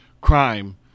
crime